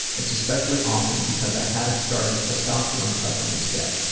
it's especially awesome because i haven't started testosterone supplements yet,